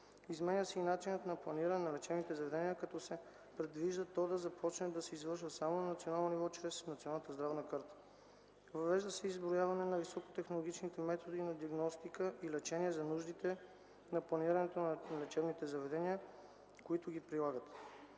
Изменя се и начинът на планиране на лечебните заведения, като се предвижда то да започне да се извършва само на национално ниво, чрез националната здравна карта. Въвежда се изброяване на високотехнологичните методи на диагностика и лечение за нуждите на планирането на лечебните заведения, които ги прилагат.